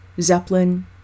Zeppelin